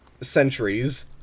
centuries